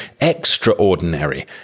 extraordinary